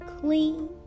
clean